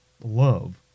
love